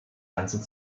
ganze